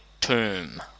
tomb